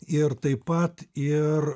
ir taip pat ir